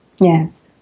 yes